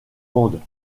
mende